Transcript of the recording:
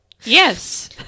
yes